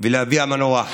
ולאבי המנוח